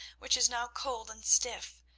which is now cold and stiff,